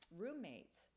roommates